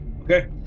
Okay